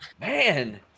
Man